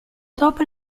dopo